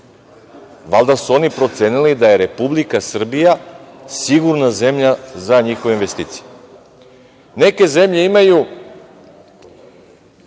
Valjda su oni procenili da je Republika Srbija sigurna zemlja za njihove investicije. Neke zemlje imaju